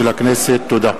תודה.